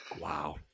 Wow